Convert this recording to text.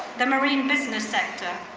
the marine business sector,